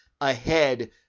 ahead